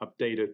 updated